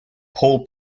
pole